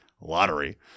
lottery